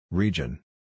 Region